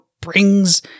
brings